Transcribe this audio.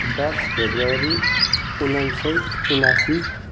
दस फेब्रुअरी उनाइस सय उनासी